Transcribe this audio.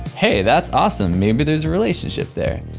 hey that's awesome. maybe there's a relationship there.